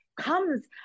comes